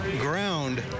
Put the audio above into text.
ground